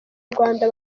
rwanda